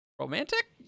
romantic